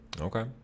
Okay